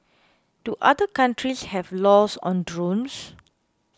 do other countries have laws on drones